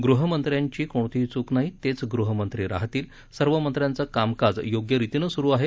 ग़हमंत्र्यांची कोणतीही च्क नाही तेच गृहमंत्री राहतील सर्व मंत्र्यांचं कामकाज योग्यरितीनं सुरु आहे